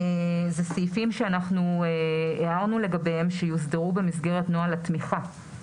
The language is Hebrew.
זה סעיפים שאנחנו הערנו לגביהם שיוסדרו במסגרת נוהל התמיכה.